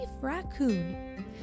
raccoon